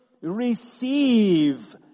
receive